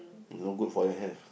it's no good for your health